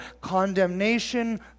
condemnation